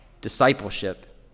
discipleship